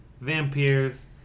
vampires